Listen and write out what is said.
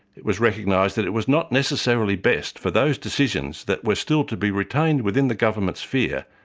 it was recognised that it was not necessarily best for those decisions that were still to be retained within the government sphere,